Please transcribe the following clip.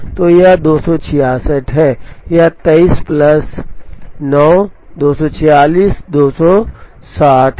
तो यह २६६ है यह २३ plus प्लस ९ २४६ २6० है